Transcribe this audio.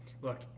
look